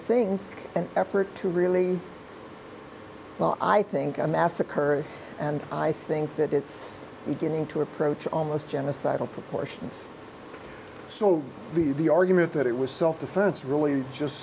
think an effort to really i think a massacre and i think that it's beginning to approach almost genocidal proportions so the argument that it was self defense really just